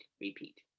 repeat